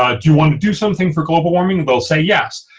ah do you want to do something for global warming? they'll say yes,